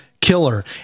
Killer